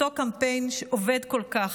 אותו קמפיין שעובד כל כך.